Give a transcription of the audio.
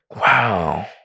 Wow